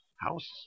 house